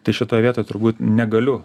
tai šitą vietoj turbūt negaliu